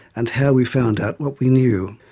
and how we found out what we knew.